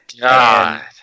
God